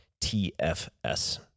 TFS